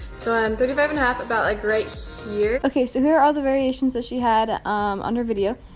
so i'm thirty five and a half about like great so okay, so here are all the variations that she had um on her video.